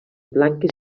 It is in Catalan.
blanques